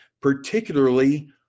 particularly